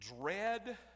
dread